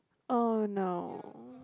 oh no